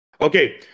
Okay